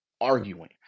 arguing